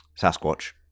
Sasquatch